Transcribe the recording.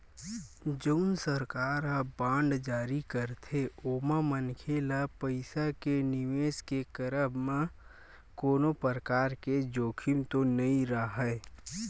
जउन सरकार ह बांड जारी करथे ओमा मनखे ल पइसा के निवेस के करब म कोनो परकार के जोखिम तो नइ राहय